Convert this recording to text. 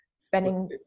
spending